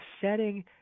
setting